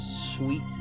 sweet